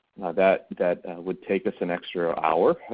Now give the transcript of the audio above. that that would take us an extra hour,